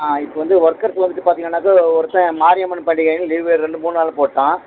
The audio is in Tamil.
ஆ இப்போ வந்து ஒர்க்கர்ஸ்ஸு வந்துவிட்டு பார்த்திங்கனாக்க ஒருத்தன் மாரியம்மன் பண்டிகைன்னு லீவு ரெண்டு மூணு நாள் போட்டான்